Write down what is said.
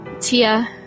Tia